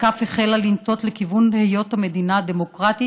הכף החלה לנטות לכיוון היות המדינה דמוקרטית,